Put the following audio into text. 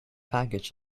package